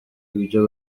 ibyo